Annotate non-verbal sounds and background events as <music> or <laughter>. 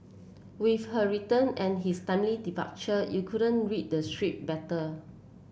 with her return and his timely departure you couldn't read the <unintelligible> better